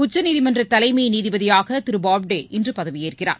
உச்சநீதிமன்ற தலைமை நீதிபதியாக திரு பாப்தே இன்று பதவியேற்கிறார்